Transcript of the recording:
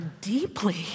deeply